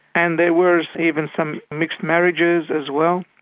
and there were even some mixed marriages as well.